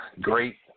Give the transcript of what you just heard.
great